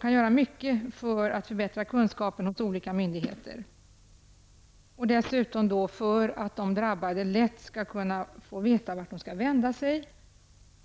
kan göra mycket för att förbättra kunskaperna hos olika myndigheter -- det ser vi fram emot -- och för att de drabbade lätt skall kunna få veta vart de skall vända sig.